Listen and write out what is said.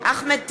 אחמד טיבי,